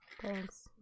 thanks